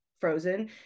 frozen